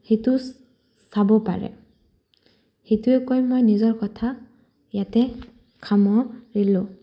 সেইটো চাব পাৰে সেইটোৱে কৈ মই নিজৰ কথা ইয়াতে সামৰিলোঁ